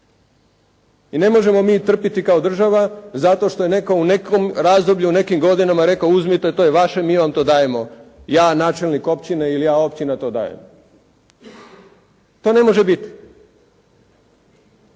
i ne možemo mi trpiti kao država zato što je netko u nekom razdoblju, u nekim godinama rekao uzmite to je vaše, mi vam to dajemo, ja načelnik općine ili ja općina to dajem. To ne može biti.